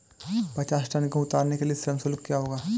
पचास टन गेहूँ उतारने के लिए श्रम शुल्क क्या होगा?